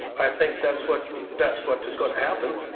i think that's what that's what is going to happen